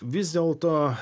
vis dėlto